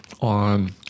on